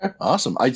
Awesome